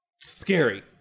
Scary